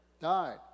died